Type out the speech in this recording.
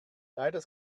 leider